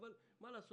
אבל מה לעשות,